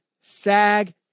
SAG